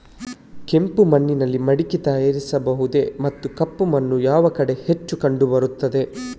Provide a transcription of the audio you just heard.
ಕೆಂಪು ಮಣ್ಣಿನಲ್ಲಿ ಮಡಿಕೆ ತಯಾರಿಸಬಹುದೇ ಮತ್ತು ಕಪ್ಪು ಮಣ್ಣು ಯಾವ ಕಡೆ ಹೆಚ್ಚು ಕಂಡುಬರುತ್ತದೆ?